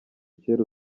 kera